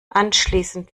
anschließend